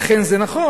אכן זה נכון.